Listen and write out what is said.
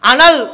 Anal